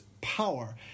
power